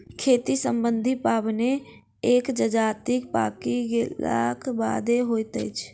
खेती सम्बन्धी पाबैन एक जजातिक पाकि गेलाक बादे होइत अछि